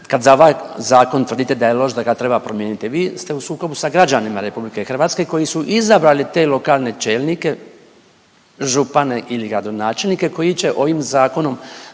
kad za vas zakon tvrdite da je loš da ga treba promijeniti. Vi ste u sukobu sa građanima RH koji su izabrali te lokalne čelnike, župane ili gradonačelnike koji će ovim zakonom